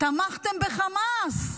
תמכתם בחמאס.